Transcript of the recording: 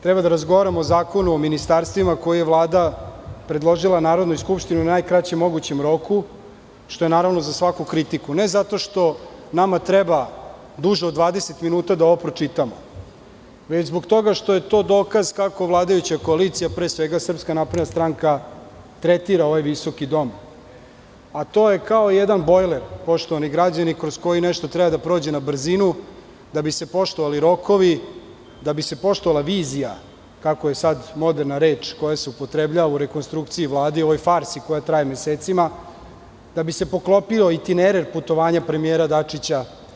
Treba da razgovaramo o Zakonu o ministarstvima koji je Vlada predložila Narodnoj skupštini u najkraćem mogućem roku, što je, naravno, za svaku kritiku, ne zato što nama treba duže od 20 minuta da ovo pročitamo, već zbog toga što je to dokaz kako vladajuća koalicija, pre svega SNS, tretira ovaj visoki dom, a to je kao jedan bojler, poštovani građani, kroz koji nešto treba da prođe na brzinu da bi se poštovali rokovi, da bi se poštovala vizija, kako je sad moderna reč koja se upotrebljava u rekonstrukciji Vlade i ovoj farsi koja traje mesecima, da bi se poklopio itinerar putovanja premijera Dačića.